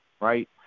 right